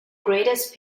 greatest